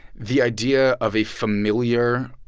the idea of a familiar,